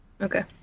Okay